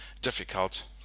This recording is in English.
difficult